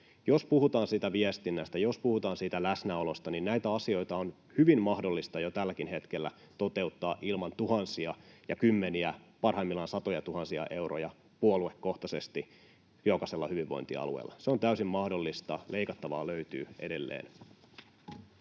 Jos puhutaan siitä viestinnästä, jos puhutaan siitä läsnäolosta, niin näitä asioita on hyvin mahdollista jo tälläkin hetkellä toteuttaa ilman tuhansia ja kymmeniätuhansia, parhaimmillaan satojatuhansia, euroja puoluekohtaisesti jokaisella hyvinvointialueella. Se on täysin mahdollista, leikattavaa löytyy edelleen.